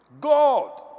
God